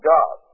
God